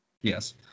Yes